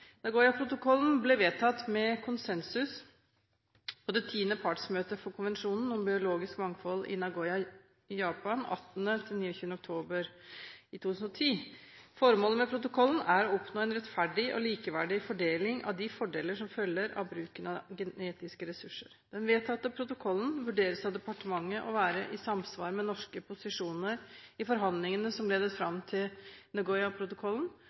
Nagoya-protokollen ble vedtatt med konsensus på det 10. partsmøtet for Konvensjonen om biologisk mangfold i Nagoya i Japan 18.–29. oktober 2010. Formålet med protokollen er å oppnå en rettferdig og likeverdig fordeling av de fordeler som følger av bruken av genetiske ressurser. Den vedtatte protokollen vurderes av departementet å være i samsvar med norske posisjoner i forhandlingene som ledet fram til